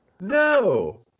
No